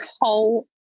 whole